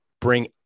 Bring